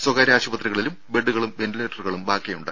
സ്വകാര്യ ആശുപത്രികളിലും ബെഡ്ഡുകളും വെന്റിലേറ്ററുകളും ബാക്കിയുണ്ട്